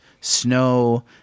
snow